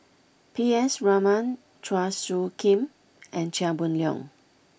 P S Raman Chua Soo Khim and Chia Boon Leong